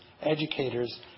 educators